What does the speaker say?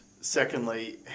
secondly